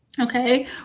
okay